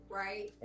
right